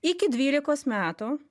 iki dvylikos metų